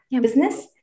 business